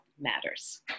Matters